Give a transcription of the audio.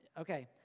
Okay